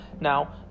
Now